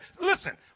listen